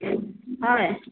হয়